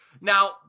Now